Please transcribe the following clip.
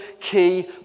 key